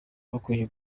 bakwiye